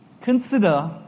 Consider